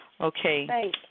Okay